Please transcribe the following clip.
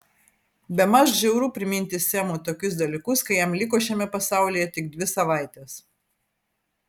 bemaž žiauru priminti semui tokius dalykus kai jam liko šiame pasaulyje tik dvi savaitės